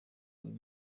uyu